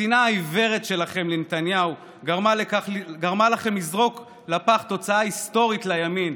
השנאה העיוורת שלכם לנתניהו גרמה לכם לזרוק לפח תוצאה היסטורית לימין,